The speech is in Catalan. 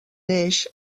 neix